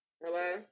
Hello